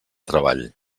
treball